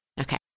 Okay